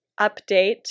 update